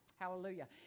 Hallelujah